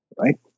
right